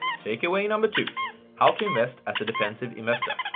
takeaway number two how to invest as a defensive investor.